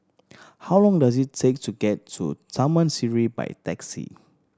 how long does it take to get to Taman Sireh by taxi